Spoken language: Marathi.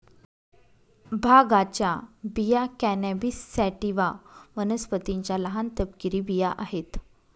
भांगाच्या बिया कॅनॅबिस सॅटिवा वनस्पतीच्या लहान, तपकिरी बिया आहेत